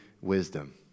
wisdom